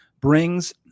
brings